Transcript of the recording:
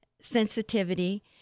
sensitivity